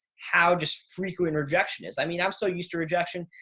how just frequent rejection is, i mean, i'm so used to rejection.